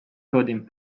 coding